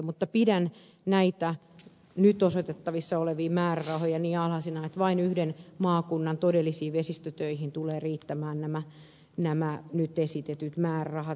mutta pidän näitä nyt osoitettavissa olevia määrärahoja niin alhaisina että vain yhden maakunnan todellisiin vesistötöihin tulee riittämään nämä nyt esitetyt määrärahat